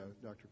Dr